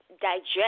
digest